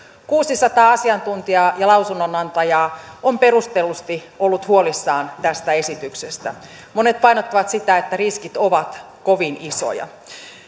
kuusisataa asiantuntijaa ja lausunnonantajaa on perustellusti ollut huolissaan tästä esityksestä monet painottavat sitä että riskit ovat kovin isoja